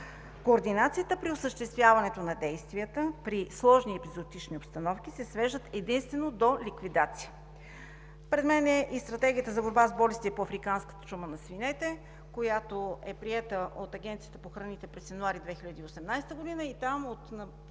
координацията при осъществяването на действията при сложни епизоотични обстановки се свежда единствено до ликвидация. Пред мен е и Стратегията за борба с болестта африканска чума по свинете, която е приета от Агенцията по безопасност на храните през месец януари 2018 г., и там